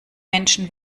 menschen